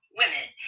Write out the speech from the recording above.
women